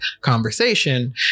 conversation